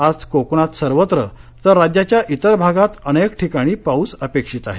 आज कोकणात सर्वत्र तर राज्याच्या इतर भागात अनेक ठिकाणी पाऊस अपेक्षित आहे